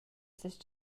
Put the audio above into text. ses